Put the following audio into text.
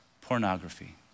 pornography